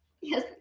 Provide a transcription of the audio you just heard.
Yes